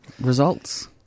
Results